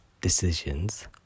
decisions